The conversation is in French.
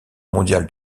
mondial